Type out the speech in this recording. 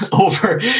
over